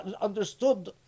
understood